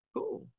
Cool